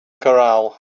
corral